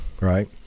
right